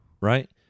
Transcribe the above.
Right